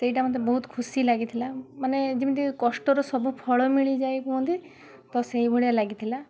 ସେଇଟା ମୋତେ ବହୁତ ଖୁସି ଲାଗିଥିଲା ମାନେ ଯେମିତି କଷ୍ଟର ସବୁ ଫଳ ମିଳିଯାଏ କୁହନ୍ତି ସେଇଭଳିଆ ଲାଗିଥିଲା